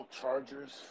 Chargers